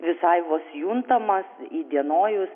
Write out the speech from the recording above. visai vos juntamas įdienojus